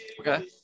Okay